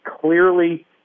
clearly